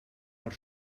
per